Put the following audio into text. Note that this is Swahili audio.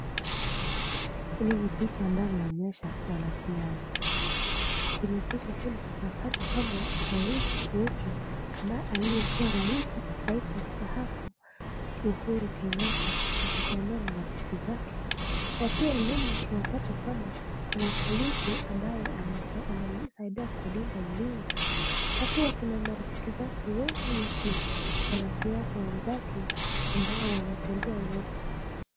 Hili ni picha ambalo linaonyesha mwanasiasa. Kwenye p[icha hili tunapata kwamba rais wetu ambaye alikua rais mstaafu Uhuru Kenyatta akitembea na rafiki zake . Na pia nyuma tunapata kwamba kuna polisi ambaye anamsaisdia kulinda ulinzi na pia kuna marafiki zake wengi wanasiasa wenzake ambao wanatembea wote.